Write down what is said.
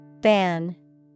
Ban